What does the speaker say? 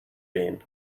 been